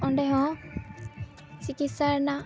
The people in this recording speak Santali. ᱚᱸᱰᱮ ᱦᱚᱸ ᱪᱤᱠᱤᱛᱥᱟ ᱨᱮᱱᱟᱜ